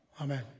Amen